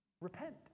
Repent